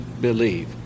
believe